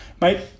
Mate